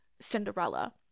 Cinderella